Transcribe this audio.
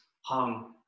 hung